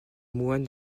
moine